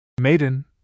Maiden